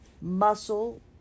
muscle